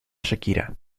shakira